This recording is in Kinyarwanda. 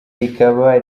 rikaba